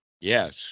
Yes